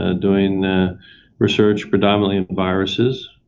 ah doing research predominantly in viruses,